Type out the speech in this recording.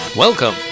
Welcome